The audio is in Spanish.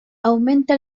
aumenta